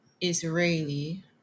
Israeli